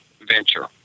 venture